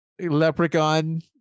Leprechaun